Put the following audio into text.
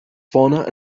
fauna